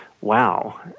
Wow